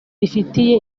bifite